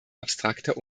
abstrakter